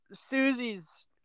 Susie's